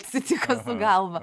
atsitiko galva